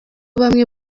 bamwe